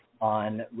on